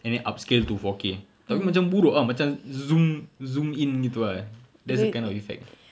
and then upscale to four K tapi macam buruk ah macam zoom zoom in gitu ah that's the kind of effect